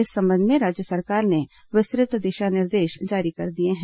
इस संबंध में राज्य सरकार ने विस्तृत दिशा निर्देश जारी कर दिए हैं